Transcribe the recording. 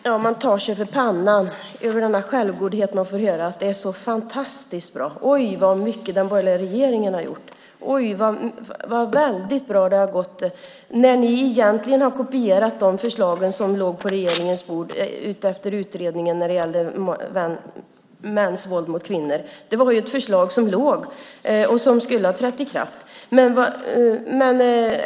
Herr talman! Man tar sig för pannan inför den självgodhet man får höra. Det är så fantastiskt bra. Oj, vad mycket den borgerliga regeringen har gjort och vad väldigt bra det har gått. Egentligen har ni kopierat de förslag som låg på regeringens bord efter utredningen om mäns våld mot kvinnor. Det var ett förslag som låg och som skulle ha trätt i kraft.